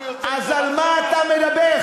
אז על מה אתה מדבר,